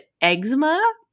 eczema